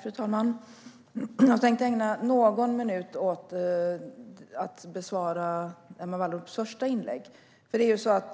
Fru talman! Jag tänkte ägna någon minut åt att kommentera Emma Wallrups första inlägg.